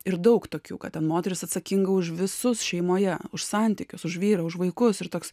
ir daug tokių ką ten moteris atsakinga už visus šeimoje už santykius už vyrą už vaikus ir toks